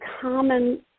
common